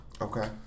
Okay